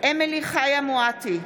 אמילי חיה מואטי,